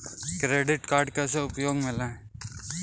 Credit card कैसे उपयोग में लाएँ?